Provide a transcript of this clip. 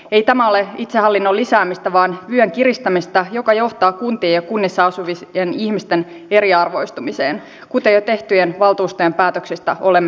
ei tämä ole itsehallinnon lisäämistä vaan vyön kiristämistä joka johtaa kuntien ja kunnissa asuvien ihmisten eriarvoistumiseen kuten jo tehdyistä valtuustojen päätöksistä olemme nähneet